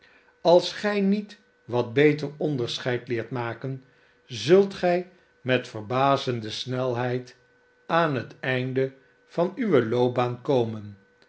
als gij niet wat beter onderscheid leert maken zult gij met verbazende snelheid aan het einde van uwe loopbaan komen